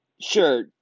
sure